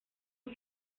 das